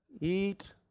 Eat